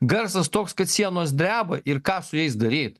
garsas toks kad sienos dreba ir ką su jais daryt